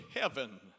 heaven